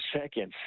seconds